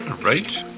right